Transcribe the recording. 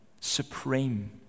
supreme